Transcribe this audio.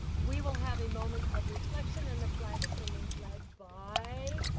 we will have a moment of reflection and the flag salute led by,